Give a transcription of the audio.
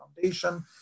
Foundation